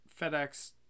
FedEx